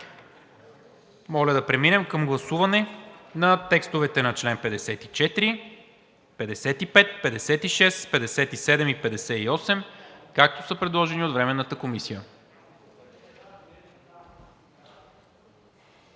Моля да преминем към гласуване на текстовете на членове 66, 67, 68 и 69, както са предложени от Временната комисия.